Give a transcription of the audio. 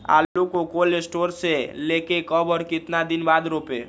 आलु को cold store से ले के कब और कितना दिन बाद रोपे?